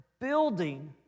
building